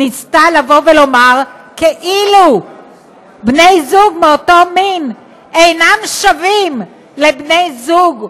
ניסתה לומר כאילו בני זוג מאותו מין אינם שווים לבני זוג רגילים,